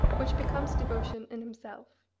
which becomes devotion in himself.